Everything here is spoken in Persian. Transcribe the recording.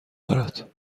دارد